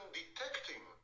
detecting